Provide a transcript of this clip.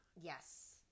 Yes